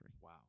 Wow